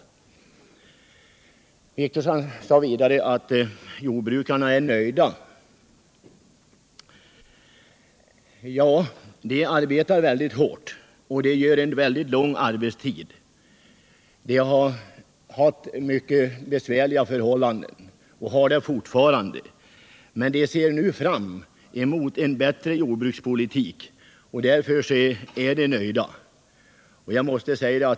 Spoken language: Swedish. Åke Wictorsson sade vidare att jordbrukarna är nöjda. Ja, de arbetar hårt, har lång arbetstid och har haft och har fortfarande besvärliga förhållanden. Men de ser nu fram emot en bättre jordbrukspolitik, och därför är de nöjda.